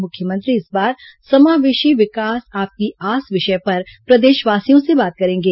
मुख्यमंत्री इस बार समावेशी विकास आपकी आसं विषय पर प्रदेशवासियों से बात करेंगे